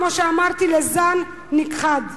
כמו שאמרתי, לזן נכחד.